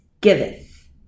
giveth